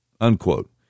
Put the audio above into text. Unquote